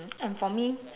and for me